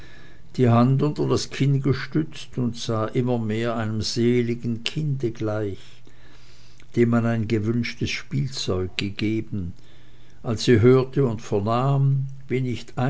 die hand unter das kinn stützend und sah immer mehr einem seligen kinde gleich dem man ein gewünschtes spielzeug gegeben als sie hörte und vernahm wie nicht